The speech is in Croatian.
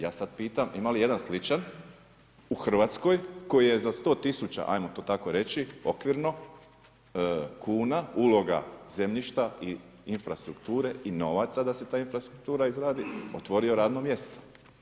Ja sada pitam ima li ijedan sličan u Hrvatskoj koji je za 100 tisuća, ajmo to tako reći okvirno, kuna uloga zemljišta i infrastrukture i novaca da se ta infrastruktura izradi otvorio radno mjesto?